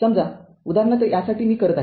समजा उदाहरणार्थयासाठी मी करत आहे